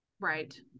Right